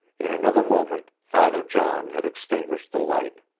in another moment father john had extinguished the light.